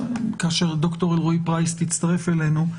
כאשר ד"ר אלרעי פרייס תצטרף אלינו,